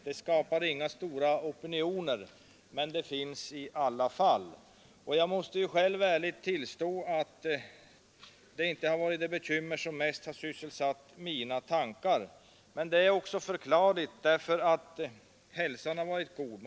Det skapar inga stora opinioner, men det finns i alla fall. Jag måste själv ärligt tillstå att det inte har varit det bekymmer som mest har sysselsatt mina tankar. Det är också förklarligt, därför att hälsan har varit god.